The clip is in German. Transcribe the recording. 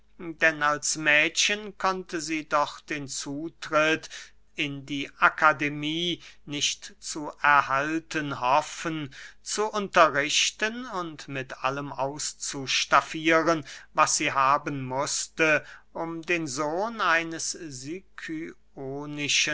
denn als mädchen konnte sie doch den zutritt in die akademie nicht zu erhalten hoffen zu unterrichten und mit allem auszustaffieren was sie haben mußte um den sohn eines